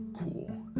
cool